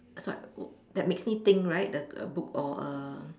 sor~ that makes me think right the a book or a